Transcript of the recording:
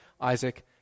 Isaac